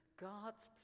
God's